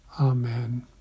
Amen